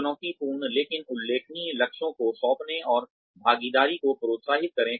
चुनौतीपूर्ण लेकिन उल्लेखनीय लक्ष्यों को सौंपे और भागीदारी को प्रोत्साहित करे